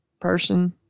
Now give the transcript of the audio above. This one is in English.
person